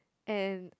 and